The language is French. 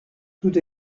tout